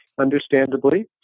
understandably